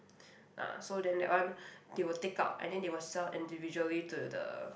ah so then that one they will take out and then they will sell individually to the